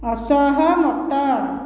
ଅସହମତ